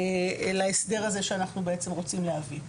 להסדר הזה שאנחנו רוצים להביא.